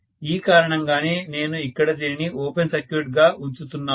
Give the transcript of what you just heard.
ఈ కారణంగానే నేను ఇక్కడ దీనిని ఓపెన్ సర్క్యూట్ గా ఉంచుతున్నాను